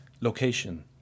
location